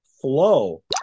flow